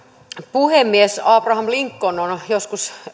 puhemies abraham lincoln on joskus